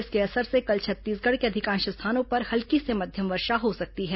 इसके असर से कल छत्तीसगढ़ के अधिकांश स्थानों पर हल्की से मध्यम वर्षा हो सकती है